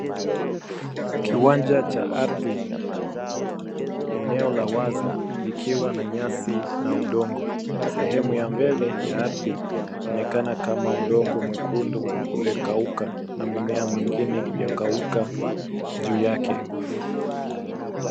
Kiwanja cha ardhi eneo la wazi likiwa na nyasi na udongo ,sehemu ya mbele ya ardhi inaonekana kama udongo mwekundu umekauka na mimea mwingine iliyokauka juu yake.